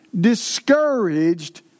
discouraged